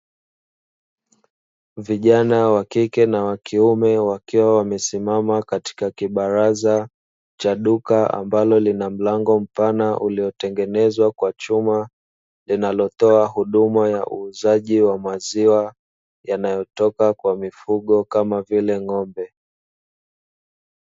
Vijana wa kike na wa kiume wakiwa wamesimama katika kibaraza cha duka ambalo lina mlango mpana uliotengenezwa kwa chuma, linalotoa huduma ya uuzaji wa maziwa yanayotoka kwa mifugo kama vile ng'ombe.